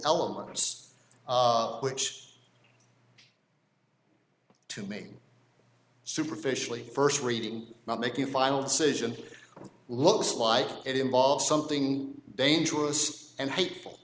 elements which to me superficially first reading not making a final decision looks like it involves something dangerous and hateful